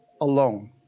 alone